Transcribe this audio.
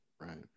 right